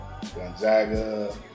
Gonzaga